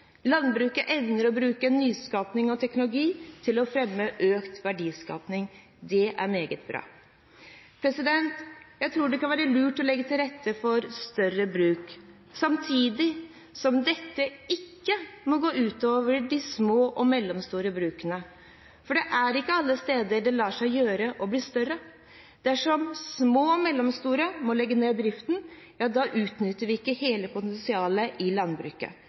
Landbruket evner å bruke nyskapning og teknologi til å fremme økt verdiskapning. Det er meget bra. Jeg tror det kan være lurt å legge til rette for større bruk – samtidig som at dette ikke må gå ut over de små og mellomstore brukene. Det er ikke alle steder det lar seg gjøre å bli større. Dersom små og mellomstore må legge ned driften, utnytter vi ikke hele potensialet i landbruket.